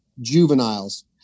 juveniles